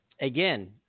again